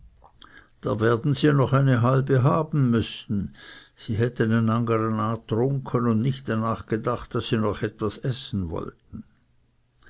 da werden sie noch eine halbe haben müssen sie hätten so enangerena trunke und nicht daran gedacht daß sie noch etwas essen wollten